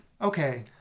okay